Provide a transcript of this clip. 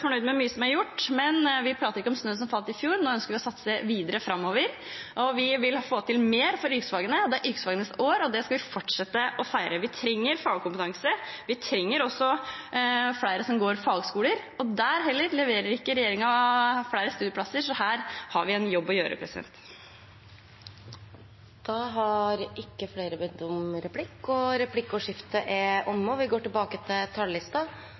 fornøyd med mye som er gjort, men vi prater ikke om snøen som falt i fjor. Nå ønsker vi å satse videre framover. Vi vil få til mer for yrkesfagene. Det er yrkesfagenes år, og det skal vi fortsette å feire. Vi trenger fagkompetanse, og vi trenger også at flere går på fagskole. Der leverer heller ikke regjeringen flere studieplasser, så her har vi en jobb å gjøre. Replikkordskiftet er omme. Ingen skal trenge å leve livet med lua i handa. Lik rett til utdanning og like muligheter til